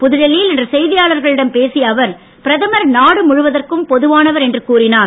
புதுடில்லியில் இன்று செய்தியாளர்களிடம் பேசிய அவர் பிரதமர் நாடு முழுவதற்கும் பொதுவானவர் என்று கூறினார்